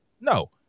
No